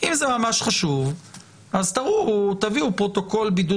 אם זה ממש חשוב אז תביאו פרוטוקול בידוד